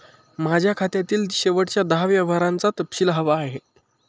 माझ्या खात्यातील शेवटच्या दहा व्यवहारांचा तपशील हवा आहे